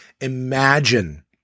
imagine